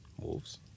Wolves